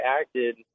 acted